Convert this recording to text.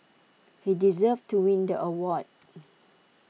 he deserved to win the award